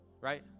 right